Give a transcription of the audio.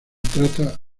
trata